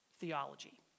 theology